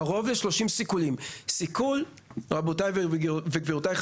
גבירותיי ורבותיי,